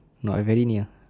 no I very near